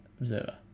Observer